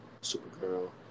Supergirl